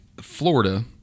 Florida